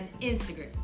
Instagram